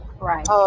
Right